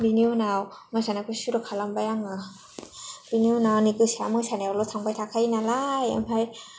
बेनि उनाव मोसानायखौ सुरु खालामबाय आङो बेनि उनाव आंनि गोसोआ मोसानायावल' थांबाय थाखायो नालाय ओमफ्राय